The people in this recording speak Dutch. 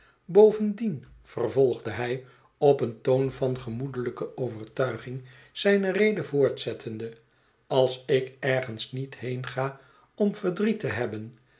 bovendien vervolgde hij op een toon van gemoedelijke overtuiging zijne rede voortzettende als ik ergens niet heenga om verdriet te hebben